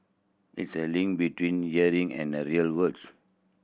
it's a link between learning and the real world